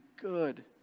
good